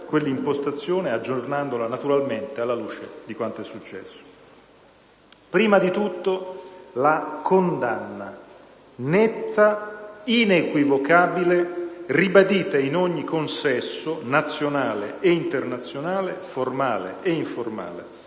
quell'impostazione, aggiornandola naturalmente alla luce di quanto successo. Prima di tutto c'è una condanna netta ed inequivocabile ribadita in ogni consesso nazionale e internazionale, formale e informale,